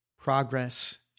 progress